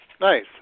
Nice